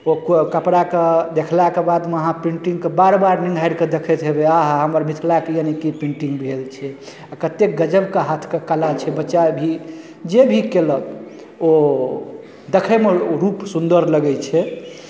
ओ कपड़ाकेँ देखलाके बादमे अहाँ प्रिंटिंगके बार बार निहारि कऽ देखैत हेबै अहा हा हमर मिथिलाके लेल ई की प्रिंटिंग भेल छै आ कतेक गजबके हाथके कला छै बच्चा भी जे भी केलक ओ देखैमे ओ रूप सुन्दर लगै छै